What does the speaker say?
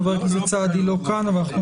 חבר הכנסת סעדי לא נמצא כאן אבל אנחנו